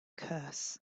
curse